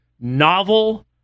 novel